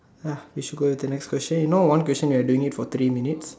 ya we should go with the next question you know one question we're doing it for three minutes